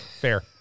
fair